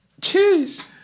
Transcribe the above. Cheers